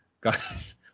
guys